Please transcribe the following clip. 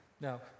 Now